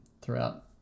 throughout